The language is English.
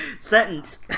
Sentence